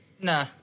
Nah